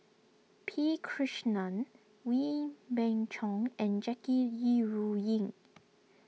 P Krishnan Wee Beng Chong and Jackie Yi Ru Ying